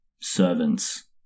servants